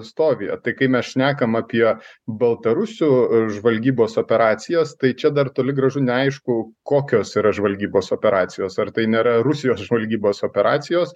stovyje tai kai mes šnekam apie baltarusių žvalgybos operacijas tai čia dar toli gražu neaišku kokios yra žvalgybos operacijos ar tai nėra rusijos žvalgybos operacijos